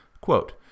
Quote